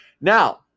Now